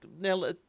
now